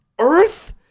earth